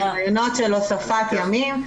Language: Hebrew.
רעיונות של הוספת ימים,